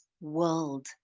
world